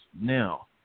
Now